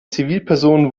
zivilperson